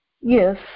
Yes